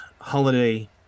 holiday